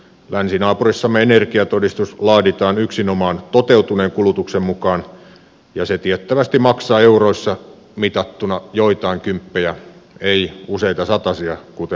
länsinaapurissamme energiatodistus laaditaan yksinomaan toteutuneen kulutuksen mukaan ja se tiettävästi maksaa euroissa mitattuna joitain kymppejä ei useita satasia kuten suomessa